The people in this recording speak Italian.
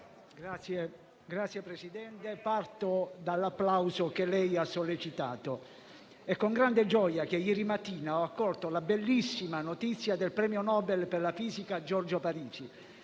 Signor Presidente, parto dall'applauso che lei ha sollecitato poco fa. È con grande gioia che ieri mattina ho accolto la bellissima notizia del premio Nobel per la fisica a Giorgio Parisi